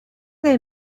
they